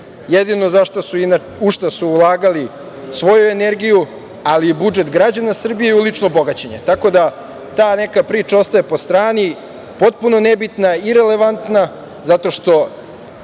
Jedino u šta su ulagali svoju energiju, ali i budžet građana Srbije je lično bogaćenje. Ta neka priča ostaje po strani, potpuno nebitna, irelevantna zato što